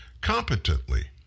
competently